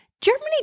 Germany